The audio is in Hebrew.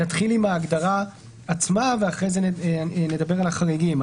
נתחיל עם ההגדרה עצמה ואחרי כן נדבר על החריגים.